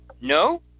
No